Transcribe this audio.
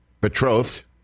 betrothed